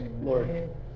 Lord